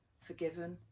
forgiven